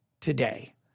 today